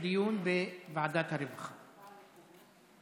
לוועדת העבודה והרווחה נתקבלה.